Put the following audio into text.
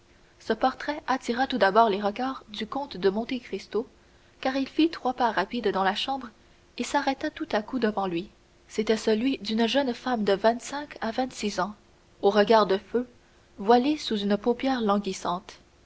ce portrait attira tout d'abord les regards du comte de monte cristo car il fit trois pas rapides dans la chambre et s'arrêta tout à coup devant lui c'était celui d'une jeune femme de vingt-cinq à vingt-six ans au teint brun au regard de feu voilé sous une paupière languissante